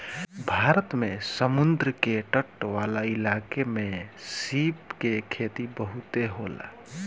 भारत में समुंद्र के तट वाला इलाका में सीप के खेती बहुते होला